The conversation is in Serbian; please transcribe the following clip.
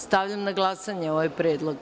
Stavljam na glasanje ovaj predlog.